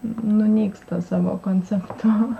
nunyksta savo konceptu